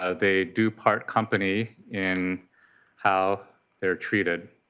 ah they do part company in how they are treated.